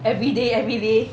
everyday everyday